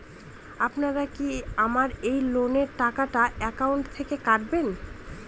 আপনারা কি আমার এই লোনের টাকাটা একাউন্ট থেকে কাটবেন?